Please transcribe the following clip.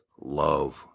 love